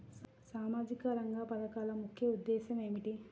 సామాజిక రంగ పథకాల ముఖ్య ఉద్దేశం ఏమిటీ?